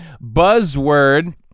buzzword